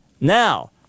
now